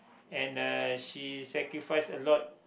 and uh she sacrifice a lot